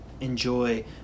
enjoy